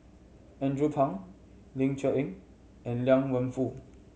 Andrew Phang Ling Cher Eng and Liang Wenfu